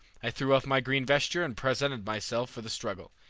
i threw off my green vesture and presented myself for the struggle.